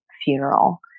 funeral